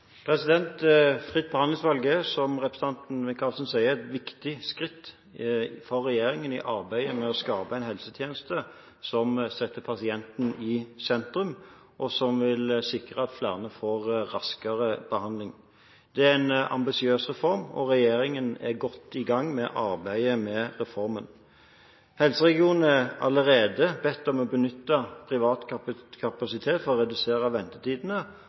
Fritt behandlingsvalg er, som representanten Micaelsen sier, et viktig skritt for regjeringen i arbeidet med å skape en helsetjeneste som setter pasienten i sentrum, og som vil sikre at flere får raskere behandling. Det er en ambisiøs reform, og regjeringen er godt i gang med arbeidet med reformen. Helseregionene er allerede bedt om å benytte privat kapasitet for å redusere ventetidene,